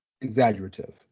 exaggerative